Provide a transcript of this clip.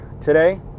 today